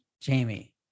Jamie